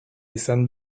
izan